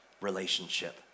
relationship